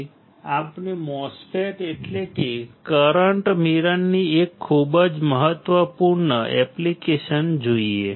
હવે આપણે MOSFET એટલે કે કરંટ મિરરની એક ખૂબ જ મહત્વપૂર્ણ એપ્લિકેશન જોઈએ